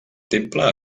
temple